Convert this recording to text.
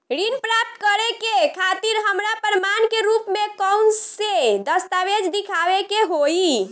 ऋण प्राप्त करे के खातिर हमरा प्रमाण के रूप में कउन से दस्तावेज़ दिखावे के होइ?